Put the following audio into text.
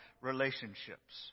relationships